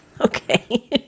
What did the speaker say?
Okay